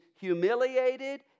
humiliated